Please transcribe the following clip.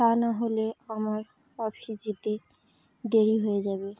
তা নাহলে আমার অফিস যেতে দেরি হয়ে যাবে